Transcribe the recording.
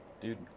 Dude